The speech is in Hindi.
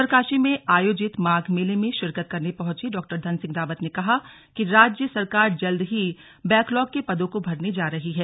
उत्तरकाशी में आयोजित माघ मेले में शिरकत करने पहुंचे डॉ धन सिंह रावत ने कहा कि राज्य सरकार जल्द ही बैकलॉग के पदों को भरने जा रही है